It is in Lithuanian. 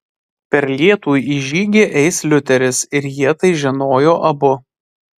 per lietų į žygį eis liuteris ir jie tai žinojo abu